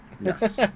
Yes